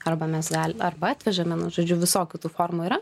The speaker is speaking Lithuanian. arba mes gal arba atvežame vienu žodžiu visokių tų formų yra